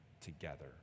together